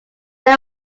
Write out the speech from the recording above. were